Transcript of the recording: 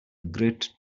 great